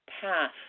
path